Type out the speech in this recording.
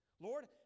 Lord